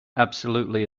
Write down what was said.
absolutely